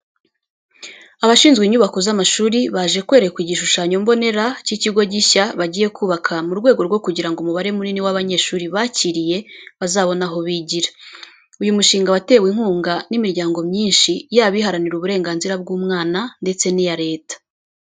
Abashinzwe inyubako z'amashuri baje kwerekwa igishushanyo mbonera cy'ikigo gishya bagiye kubaka mu rwego rwo kugira ngo umubare munini w'abanyeshuri bakiriye bazabone aho bigira. Uyu mushinga watewe inkunga n'imiryago myinshi yaba iharanira uburenganzira bw'umwana ndetse n'iya leta.